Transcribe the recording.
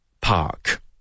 park